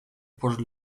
por